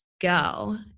go